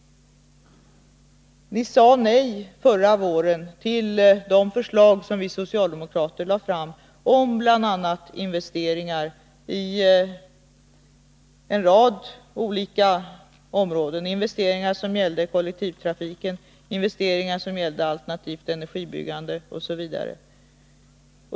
Ni sade nej förra våren till socialdemokraternas förslag om bl.a. investeringar på en rad olika områden, investeringar som gällde kollektivtrafiken, alternativt energibyggande m.m.